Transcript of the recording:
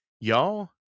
y'all